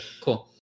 cool